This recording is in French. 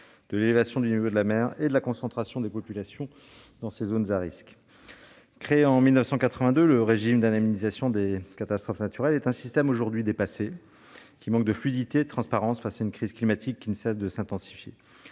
de l'élévation du niveau de la mer et de la concentration des populations dans les zones à risques. Créé en 1982, le régime d'indemnisation des catastrophes naturelles est un système aujourd'hui dépassé, qui manque de fluidité et de transparence face à une crise climatique qui ne cesse de s'intensifier.